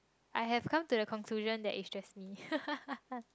I have come to the conclusion that it's just me